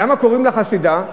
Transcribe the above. למה קוראים לה חסידה?